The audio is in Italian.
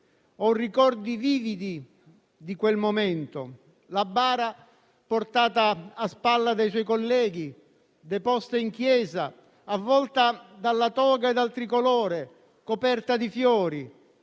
Ho ricordi vividi di quel momento: la bara portata a spalla dai suoi colleghi, deposta in chiesa, avvolta dalla toga e dal Tricolore, coperta di fiori;